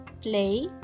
Play